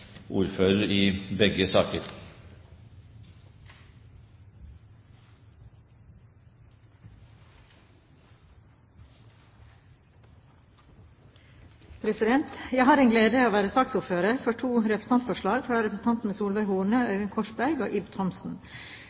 har den glede å være saksordfører for to representantforslag fra representantene Solveig Horne, Øyvind Korsberg og Ib Thomsen.